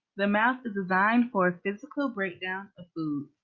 the mouth is designed for physical breakdown of foods.